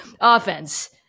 offense